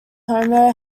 homo